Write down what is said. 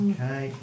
Okay